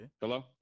Hello